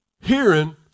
hearing